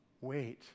Wait